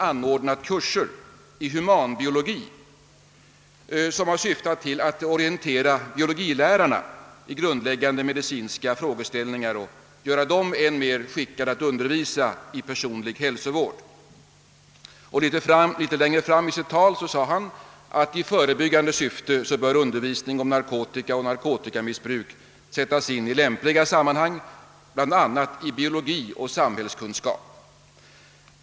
anordnat kurser i humanbiologi vilka har syftat till att orientera biologilärarna i grundläggande medicinska frågeställningar och göra dessa lärare än mera skickade att undervisa i personlig hälsovård. Litet längre fram i sitt tal yttrade statsrådet att undervisning om narkotika och narkotikamissbruk bör i förebyggande syfte sättas in i lämpliga sammanhang, bl.a. vid undervisningen i biologi och samhällskunskap.